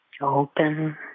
open